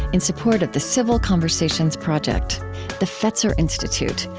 in support of the civil conversations project the fetzer institute,